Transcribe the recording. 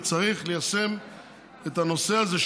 וצריך ליישם את הנושא הזה,